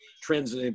trends